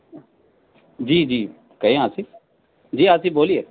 جی جی کہیں آصف جی آصف بولیے